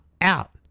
out